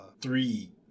three